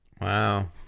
Wow